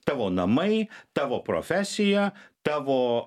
tavo namai tavo profesija tavo